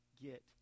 get